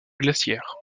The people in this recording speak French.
glaciaires